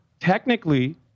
technically